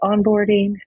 onboarding